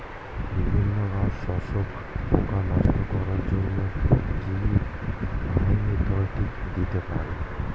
বিভিন্ন রস শোষক পোকা নষ্ট করার জন্য কি ডাইমিথোয়েট দিতে পারি?